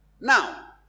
Now